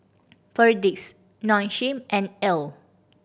Perdix Nong Shim and Elle